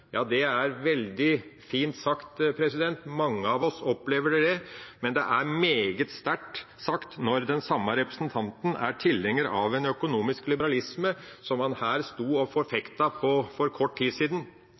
det er veldig fint sagt. Mange av oss opplever det, men det er meget sterkt sagt når den samme representanten er tilhenger av en økonomisk liberalisme som han sto her og forfekta for kort tid siden,